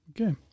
Okay